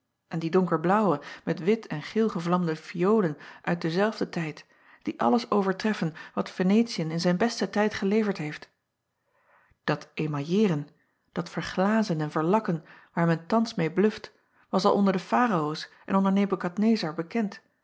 en die donkerblaauwe met wit en geel gevlamde fiolen uit denzelfden tijd die alles overtreffen wat enetiën in zijn besten tijd geleverd heeft at emailleeren dat verglazen en verlakken waar men thans meê bluft was al onder de araoos en onder ebucadnezar bekend